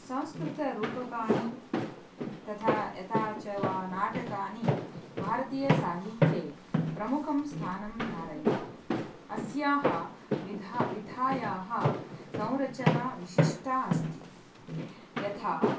संस्कृतरूपकाणि तथा यथा च वा नाटकानि भारतीयसाहित्ये प्रमुखं स्थानं धारयन्ति अस्याः विविधतायाः संरचना विशिष्टा अस्ति यथा